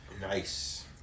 Nice